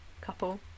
couple